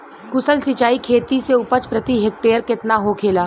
कुशल सिंचाई खेती से उपज प्रति हेक्टेयर केतना होखेला?